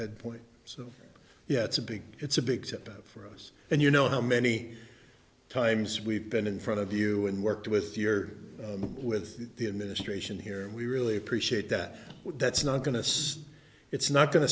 that point so yeah it's a big it's a big step for us and you know how many times we've been in front of you and worked with your with the administration here and we really appreciate that that's not going to say it's not going to